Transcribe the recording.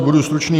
Budu stručný.